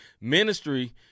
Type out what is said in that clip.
ministry